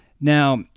Now